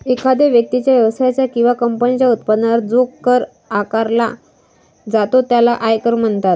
एखाद्या व्यक्तीच्या, व्यवसायाच्या किंवा कंपनीच्या उत्पन्नावर जो कर आकारला जातो त्याला आयकर म्हणतात